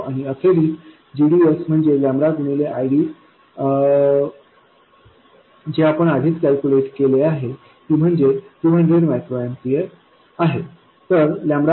आणि अखेरीस gds म्हणजे लॅम्बेडा गुणिले ID जी आपण आधीच कॅल्क्युलेट केलेली आहे ती म्हणजे 200 मायक्रो एम्पीयर आहे